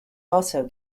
also